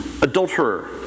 adulterer